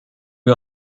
wir